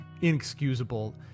inexcusable